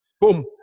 boom